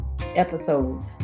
episode